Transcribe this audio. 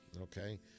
Okay